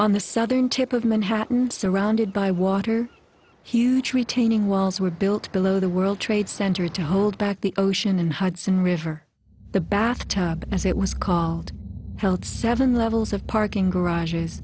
on the southern tip of manhattan surrounded by water huge retaining walls were built below the world trade center to hold back the ocean and hudson river the bath tub as it was called seven levels of parking garages